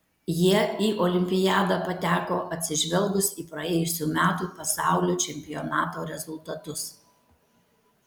jie į olimpiadą pateko atsižvelgus į praėjusių metų pasaulio čempionato rezultatus